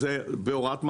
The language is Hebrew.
זה בהוראת מפכ"ל,